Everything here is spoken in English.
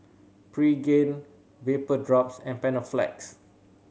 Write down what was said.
Pregain Vapodrops and Panaflex